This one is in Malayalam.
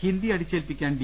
ഹിന്ദി അടിച്ചേൽപ്പിക്കാൻ ഡി